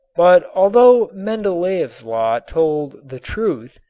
but although mendeleef's law told the truth,